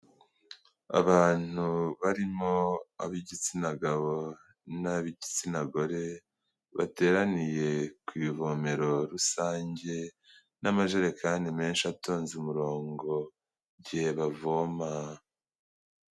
Abantu barimo ab'igitsina gabo n'abigitsina gore bateraniye ku ivomero rusange n'amajerekani menshi atonze umurongo igihe bavoma.